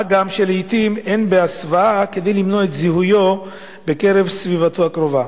מה גם שלעתים אין בהסוואה כדי למנוע את זיהויו בסביבתו הקרובה.